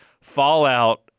Fallout